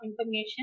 information